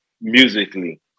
musically